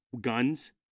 guns